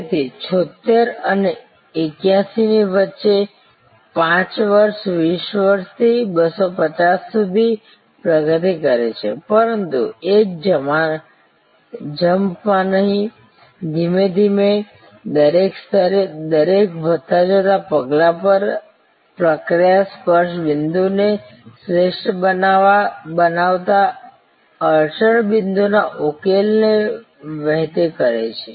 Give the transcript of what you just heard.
તેથી 76 અને 81 ની વચ્ચે 5 વર્ષ 20 થી 250 સુધી પ્રગતિ કરે છે પરંતુ એક જમ્પમાં નહીં ધીમે ધીમે દરેક સ્તરે દરેક વધતા જતા પગલા પર પ્રક્રિયા સ્પર્શ બિંદુ ને શ્રેષ્ઠ બનાવતા અડચણ બિંદુ ના ઉકેલને વહેતી કરે છે